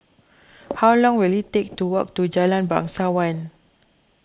how long will it take to walk to Jalan Bangsawan